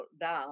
down